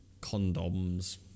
condoms